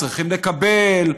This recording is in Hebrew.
צריכים לקבל,